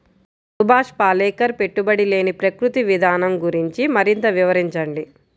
సుభాష్ పాలేకర్ పెట్టుబడి లేని ప్రకృతి విధానం గురించి మరింత వివరించండి